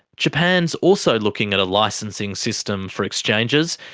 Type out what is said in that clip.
japan's also looking at a licensing system for exchanges,